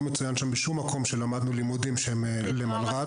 לא מצוין שם בשום מקום שלמדנו לימודים שהם למלר"ד.